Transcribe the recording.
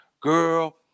Girl